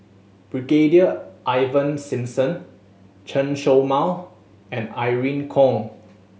Brigadier Ivan Simson Chen Show Mao and Irene Khong